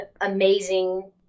amazing